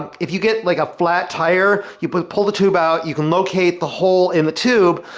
if you get like a flat tire, you'd pull pull the tube out, you can locate the hole in the tube,